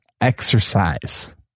exercise